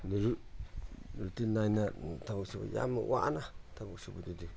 ꯗꯁꯨ ꯔꯨꯇꯤꯟ ꯅꯥꯏꯅ ꯊꯕꯛꯁꯨ ꯌꯥꯝ ꯋꯥꯅ ꯊꯕꯛ ꯁꯨꯕꯗꯗꯤ